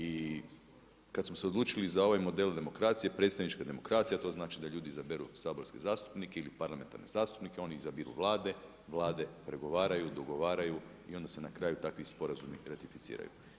I kada smo se odlučili za ovaj model demokracije, predsjedničke demokracije, a to znači da ljudi izaberu saborske zastupnike, ili parlamentarne zastupnike, oni izaberu Vlade, Vlade pregovaraju, dogovaraju i onda se na kraju takvi sporazumi ratificiraju.